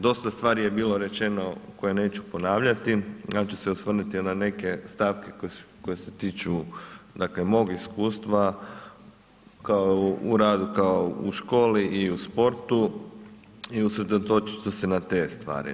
Dosta stvari je bilo rečeno koje neću ponavljati, ja ću se osvrnuti na neke stavke koje se tiču dakle mog iskustva kao, u radu kao u školi i u sportu i usredotočiti ću se na te stvari.